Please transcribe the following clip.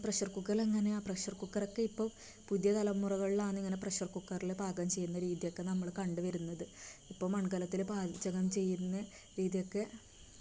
pressure കുക്കറിലെങ്ങനെയാണ് pressure കുക്കറൊക്കെ ഇപ്പോൾ പുതിയ തലമുറകളിലാണ് ഇങ്ങനെ പ്രഷർ കുക്കറില് പാകം ചെയ്യുന്ന രീതിയൊക്കെ നമ്മള് കണ്ട് വരുന്നത് ഇപ്പം മൺകലത്തില് പാചകം ചെയ്യുന്ന രീതിയൊക്കെ